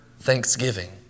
thanksgiving